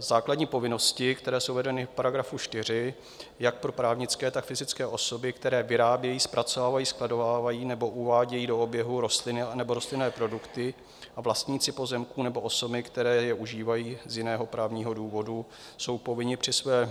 Základní povinnosti, které jsou uvedeny v § 4 jak pro právnické, tak fyzické osoby, které vyrábějí, zpracovávají, skladují nebo uvádějí do oběhu rostliny nebo rostlinné produkty: vlastníci pozemků nebo osoby, které je užívají z jiného právního důvodu, jsou povinni při své